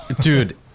Dude